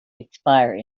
expire